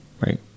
right